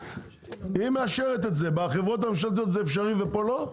היא מאשרת את זה בחברות הממשלתיות זה אפשרי ופה לא?